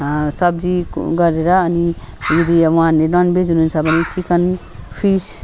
सब्जी गरेर अनि यदि उहाँ ननभेज हुनुहुन्छ भने चिकन फिस